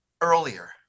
earlier